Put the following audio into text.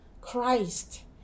Christ